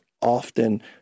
often